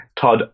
Todd